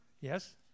Yes